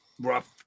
rough